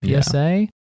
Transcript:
PSA